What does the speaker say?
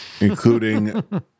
including